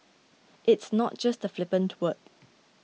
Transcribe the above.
it's not just a flippant word